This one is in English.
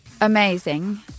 Amazing